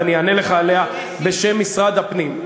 ואני אענה לך עליה בשם משרד הפנים.